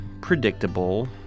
predictable